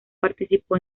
participó